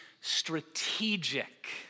strategic